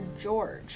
George